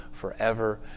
forever